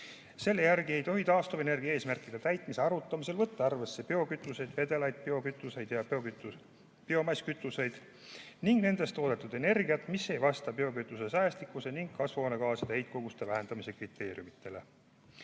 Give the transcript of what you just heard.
Selle järgi ei tohi taastuvenergia eesmärkide täitmist hinnates võtta arvesse biokütuseid, sh vedelaid biokütuseid ja biomasskütuseid ning nendest toodetud energiat, mis ei vasta biokütuse säästlikkuse ning kasvuhoonegaaside heitkoguste vähendamise kriteeriumidele.